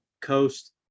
coast